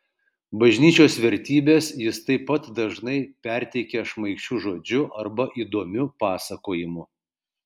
bažnyčios vertybes jis taip pat dažnai perteikia šmaikščiu žodžiu arba įdomiu pasakojimu